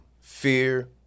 fear